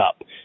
up